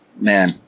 man